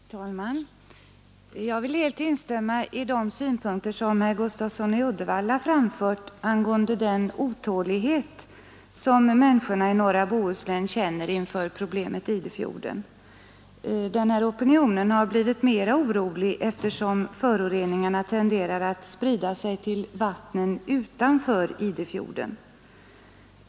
Herr talman! Jag vill helt instämma i de synpunkter som herr Gustafsson i Uddevalla framfört angående den otålighet som människorna i norra Bohuslän känner inför problemet Idefjorden. Denna opinion har blivit mera orolig, eftersom föroreningarna tenderar att sprida sig till vattnen utanför Idefjorden.